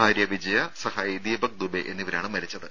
ഭാര്യ വിജയ സഹായി ദീപക് ദുബെ എന്നിവരാണ് മരിച്ചത്